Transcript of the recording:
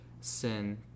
sin